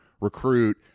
recruit